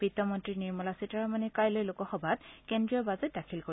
বিত্ত মন্ত্ৰী নিৰ্মলা সীতাৰমনে কাইলৈ লোকসভাত কেন্দ্ৰীয় বাজেট দাখিল কৰিব